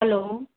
hello